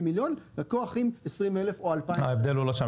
מיליון ללקוח עם 20,000 או 2,000. ההבדל הוא לא שם.